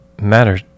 Matter